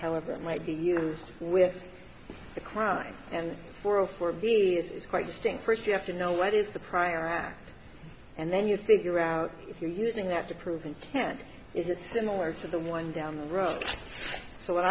however it might be used with the crime and for a for b this is quite distinct first you have to know what is the prior art and then you figure out if you're using that to prove intent is it similar to the one down the road so what